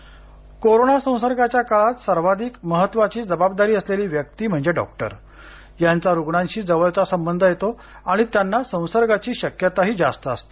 electronic stethoscope corona संसर्गाच्या काळात सर्वाधिक महत्वाची जबाबदारी असलेली व्यक्ती म्हणजे डॉक्टर यांचा रुग्णांशी जवळचा संबंध येतो आणि त्यांना संसर्गाची शक्यता ही जास्त असते